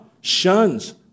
shuns